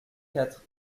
quatre